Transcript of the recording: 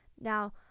Now